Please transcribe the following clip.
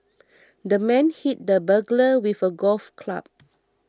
the man hit the burglar with a golf club